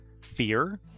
fear